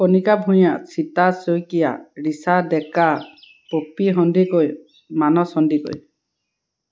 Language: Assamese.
কণীকা ভূঞা চিতা শইকীয়া ৰিচা ডেকা পপী সন্দিকৈ মানস সন্দিকৈ